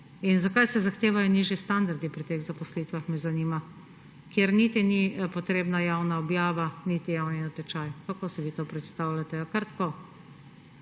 Zakaj se zahtevajo nižji standardi pri teh zaposlitvah, me zanima, ko niti ni potrebna javna objava niti javni natečaj? Kako si vi to predstavljate? A kar tako?